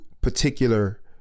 particular